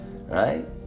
right